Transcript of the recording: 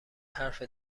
حرف